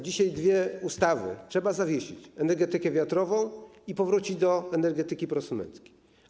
Dzisiaj mamy dwie ustawy, trzeba to zawiesić, energetykę wiatrową, i powrócić do energetyki prosumenckiej.